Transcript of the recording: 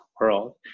world